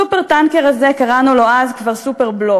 ה"סופר-טנקר" הזה, קראנו לו אז כבר סופר-בלוף,